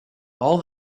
all